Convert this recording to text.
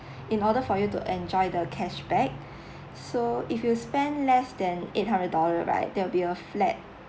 in order for you to enjoy the cashback so if you spend less than eight hundred dollars right there'll be a flat